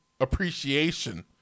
appreciation